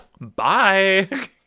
Bye